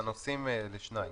לחלק את הנושאים לשניים.